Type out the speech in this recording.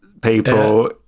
people